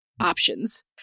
options